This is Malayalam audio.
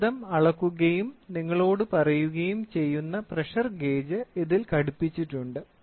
മർദ്ദം അളക്കുകയും നിങ്ങളോട് പറയുകയും ചെയ്യുന്ന പ്രഷർ ഗേജ് ഇതിൽ ഘടിപ്പിച്ചിട്ടുണ്ട്